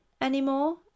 anymore